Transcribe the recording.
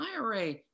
IRA